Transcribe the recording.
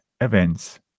events